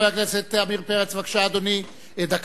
חבר הכנסת עמיר פרץ, אדוני, בבקשה.